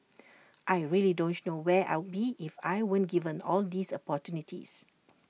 I really don't know where I'd be if I weren't given all these opportunities